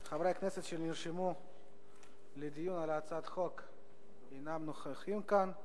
חברי הכנסת שנרשמו לדיון על הצעת החוק אינם נוכחים כאן.